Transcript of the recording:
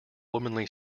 womanly